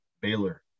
Baylor